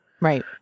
Right